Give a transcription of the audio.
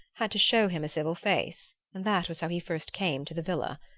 had to show him a civil face and that was how he first came to the villa.